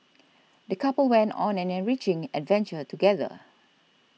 the couple went on an enriching adventure together